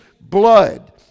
blood